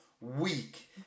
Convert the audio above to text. week